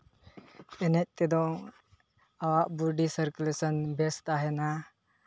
ᱮᱱᱮᱡ ᱛᱮᱫᱚ ᱟᱢᱟᱜ ᱵᱚᱰᱤ ᱥᱟᱨᱠᱩᱞᱮᱥᱚᱱ ᱵᱮᱥ ᱛᱟᱦᱮᱱᱟ